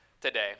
today